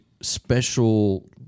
special